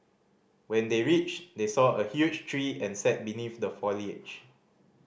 when they reached they saw a huge tree and sat beneath the foliage